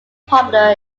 popular